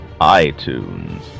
iTunes